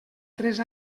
tres